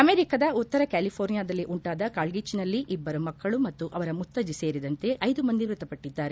ಅಮೆರಿಕದ ಉತ್ತರ ಕ್ಕಾಲಿಫೋರ್ನಿಯಾದಲ್ಲಿ ಉಂಟಾದ ಕಾಳ್ಗಜ್ವಿನಲ್ಲಿ ಇಬ್ಬರು ಮಕ್ಕಳು ಮತ್ತು ಅವರ ಮುತ್ತಜ್ಜಿ ಸೇರಿದಂತೆ ಐದು ಮಂದಿ ಮೃತಪಟ್ಟಿದ್ದಾರೆ